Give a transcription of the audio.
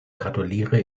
gratuliere